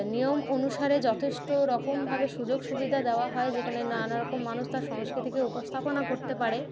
নিয়ম অনুসারে যথেষ্ট রকমভাবে সুযোগ সুবিধা দেওয়া হয় যেখানে নানারকম মানুষ তার সংস্কৃতিকে উপস্থাপনা করতে পারে